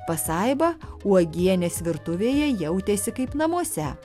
pasaiba uogienės virtuvėje jautėsi kaip namuose